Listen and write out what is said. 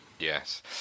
Yes